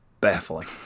baffling